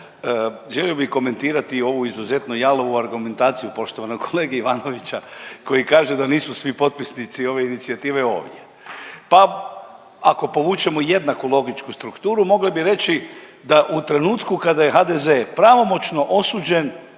želio bi komentirati ovu izuzetno jalovu argumentaciju poštovanog kolege Ivanovića koji kaže da nisu svi potpisnici ove inicijative ovdje. Pa ako povučemo jednaku logičku strukturu mogli bi reći da u trenutku kada je HDZ pravomoćno osuđen